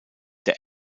der